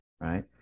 right